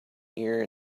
ear